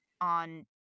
on